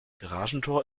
garagentor